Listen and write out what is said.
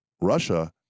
Russia